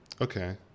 Okay